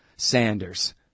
Sanders